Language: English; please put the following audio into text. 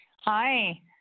Hi